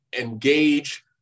engage